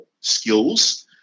skills